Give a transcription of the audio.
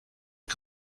are